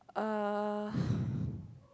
uh